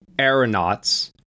Aeronauts